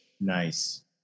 Nice